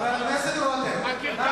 הקרקס נגמר.